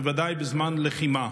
בוודאי בזמן לחימה.